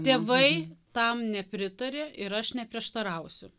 tėvai tam nepritarė ir aš neprieštarausiu